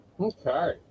Okay